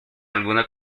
alguna